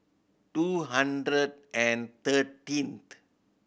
two hundred and thirteen